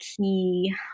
key